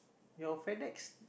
your FedEx